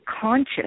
conscious